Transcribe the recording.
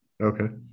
okay